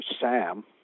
Sam